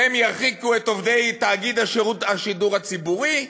והם ירחיקו את עובדי תאגיד השידור הציבורי,